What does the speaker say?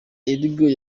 erdogan